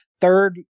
third